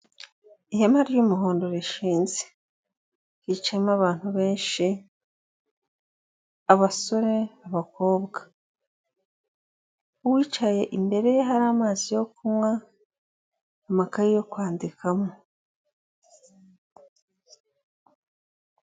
Ihema ry'umuhondo rishinze, hicamo abantu benshi abasore, abakobwa, uwicaye imbere ye hari amazi yo kunywa, amakaye yo kwandikamo.